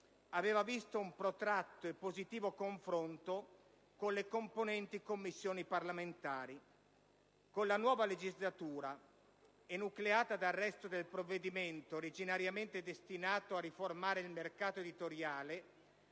aveva visto un protratto e positivo confronto con le competenti Commissioni parlamentari. Con la nuova legislatura, enucleata dal resto del provvedimento originariamente destinato a riformare il mercato editoriale,